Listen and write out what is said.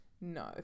No